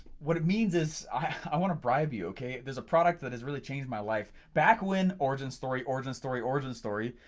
what it means is i want to bribe you okay, there is a product that has really changed my life back when origin story, origin story, origin story.